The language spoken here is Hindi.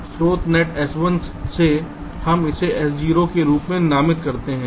स्रोत नोड S1 से हम इसे s0 के रूप में नामित करते हैं